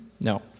No